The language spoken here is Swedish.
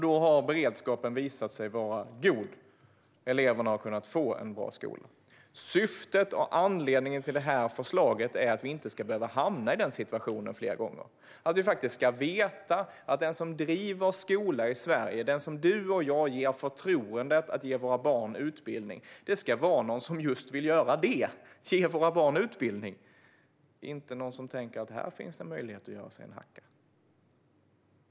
Då har beredskapen visat sig vara god. Eleverna har kunnat få en bra skolgång. Anledningen till förslaget är att vi inte ska behöva hamna i den situationen fler gånger. Vi ska veta att den som driver skola i Sverige, den som du och jag ger förtroendet att ge våra barn utbildning, ska vara någon som vill just det, nämligen att ge våra barn utbildning. Det ska inte vara någon som tänker att det finns en möjlighet att göra sig en hacka.